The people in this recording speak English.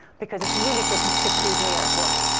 because it's really good to skip queues in the airport.